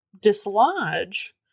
dislodge